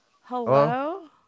Hello